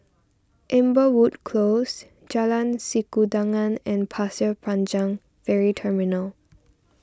Amberwood Close Jalan Sikudangan and Pasir Panjang Ferry Terminal